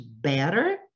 better